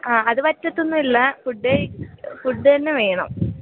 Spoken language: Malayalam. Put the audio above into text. ആ അത് പറ്റത്തൊന്നുമില്ല ഫുഡ് കഴി ഫുഡ് തന്നെ വേണം